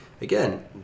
again